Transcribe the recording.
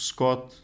Scott